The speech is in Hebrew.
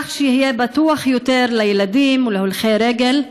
כך שיהיה בטוח יותר לילדים ולהולכי הרגל,